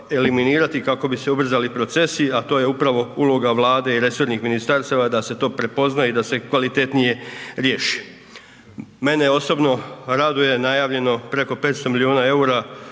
eliminirati kako bi se ubrzali procesi, a to je upravo uloga Vlade i resornih ministarstava da se to prepozna i da se kvalitetnije riješi. Mene osobno raduje najavljeno preko 500 milijuna eura